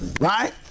Right